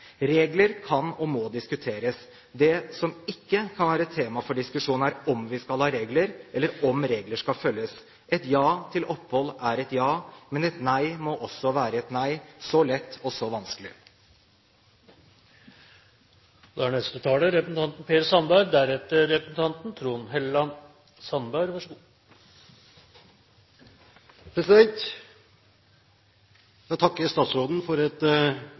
Regler kan og må diskuteres. Det som ikke kan være tema for diskusjonen, er om vi skal ha regler, eller om regler skal følges. Et ja til opphold er et ja, men et nei må også være et nei – så lett og så